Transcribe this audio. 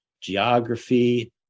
geography